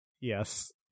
Yes